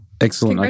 Excellent